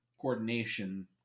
coordination